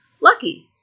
lucky